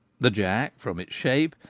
the jack, from its shape,